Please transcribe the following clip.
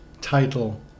title